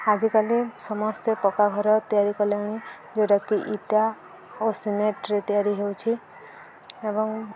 ଆଜିକାଲି ସମସ୍ତେ ପକ୍କା ଘର ତିଆରି କଲେଣି ଯେଉଁଟାକି ଇଟା ଓ ସିମେଣ୍ଟରେ ତିଆରି ହେଉଛି ଏବଂ